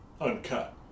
uncut